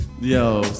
Yo